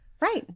Right